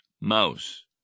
mouse